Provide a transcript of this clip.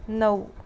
नऊ